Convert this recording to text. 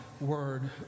word